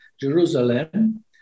Jerusalem